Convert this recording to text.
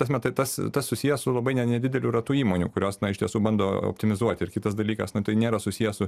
tas matai tas tas susiję su labai nedideliu ratu įmonių kurios iš tiesų bando optimizuoti ir kitas dalykas nu tai nėra susiję su